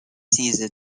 season